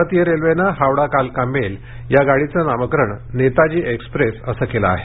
भारतीय रेल्वेनं हावडा कलका मेल या गाडीचं नामकरण नेताजी एक्सप्रेस असं केलं आहे